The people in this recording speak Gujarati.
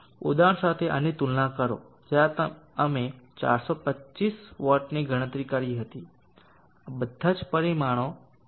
ઉદાહરણ સાથે આની તુલના કરો જ્યાં અમે 425 વોટની ગણતરી કરી હતી બધા જ પરિમાણો સમાન છે